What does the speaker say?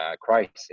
crisis